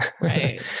Right